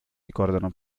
ricordano